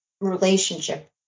relationship